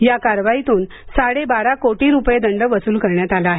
या करवाईतून साडेबारा कोटी रुपये दंड वसूल करण्यात आला आहे